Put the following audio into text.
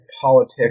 politics